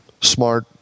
smart